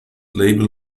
label